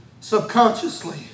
Subconsciously